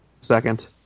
second